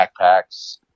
backpacks